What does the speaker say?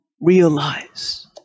realize